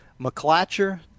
McClatcher